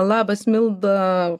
labas milda